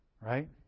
right